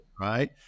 Right